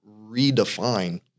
redefine